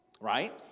right